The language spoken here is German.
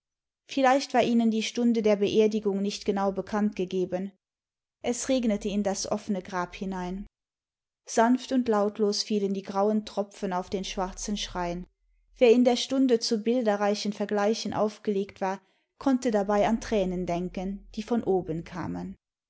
vielleicht war ihnen die stunde der beerdigung nicht genair bekannt gegeben es regnete in das offene grab hinein sanft und lautlos fielen die grauen tropfen auf den schwarzen schrein wer in der stimde zu bilderreichen vergleichen aufgelegt war konnte dabei an tränen denken die von oben kamen